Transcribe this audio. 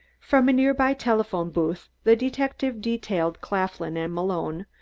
from a near-by telephone booth the detective detailed claflin and malone,